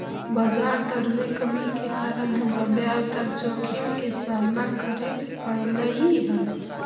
बजार दर में कमी के कारण हमरा ब्याज दर जोखिम के सामना करे पड़लई हल